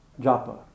japa